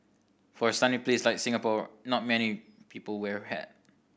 for a sunny place like Singapore not many people wear a hat